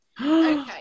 Okay